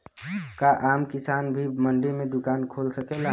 का आम किसान भी मंडी में दुकान खोल सकेला?